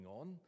on